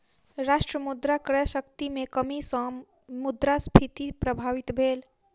राष्ट्र मुद्रा क्रय शक्ति में कमी सॅ मुद्रास्फीति प्रभावित भेल